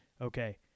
Okay